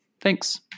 Thanks